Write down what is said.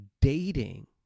dating